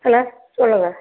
hello சொல்லுங்கள்